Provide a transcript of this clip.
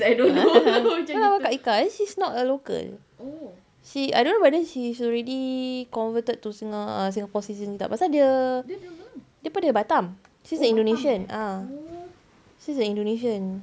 tu lah kak ika she's not a local she I don't know whether she's already converted to sing~ singapore citizen pasal dia dia daripada batam she's an indonesian she's an indonesian